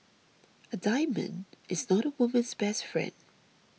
a diamond is not a woman's best friend